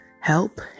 help